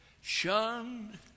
shunned